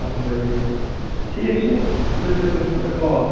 کَہہ بَجے ٹھیٖک چھِ تُہۍ تُہۍ کٔرۍزیو مےٚ کال